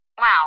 Wow